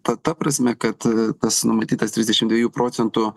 ta ta prasme kad tas numatytas trisdešim dviejų procentų